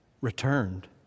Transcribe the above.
returned